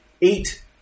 Eight